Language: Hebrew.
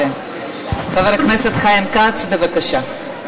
חבר הכנסת חיים כץ, בבקשה.